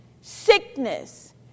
sickness